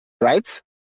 right